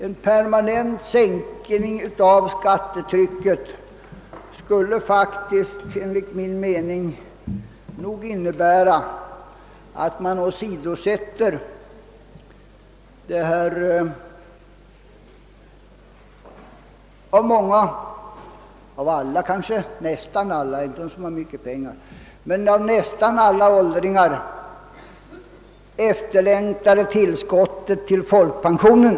En permanent sänkning av skattetrycket skulle enligt min mening innebära att man inte kan ge det av många, ja alla åldringar — utom möjligen de få som har mycket pengar — efterlängtade tillskottet till folkpensionen.